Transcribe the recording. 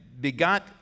begot